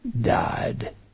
died